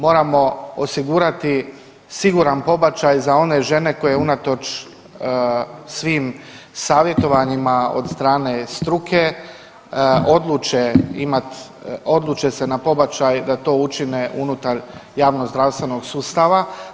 Moramo osigurati siguran pobačaj za one žene koje unatoč svim savjetovanjima od strane struke odluče se na pobačaj da to učine unutar javnozdravstvenog sustava.